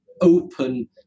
open